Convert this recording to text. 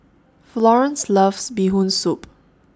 Florance loves Bee Hoon Soup